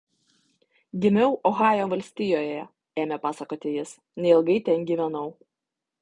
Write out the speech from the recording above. gimiau ohajo valstijoje ėmė pasakoti jis neilgai ten gyvenau